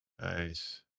Nice